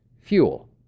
fuel